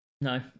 No